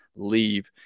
Leave